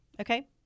Okay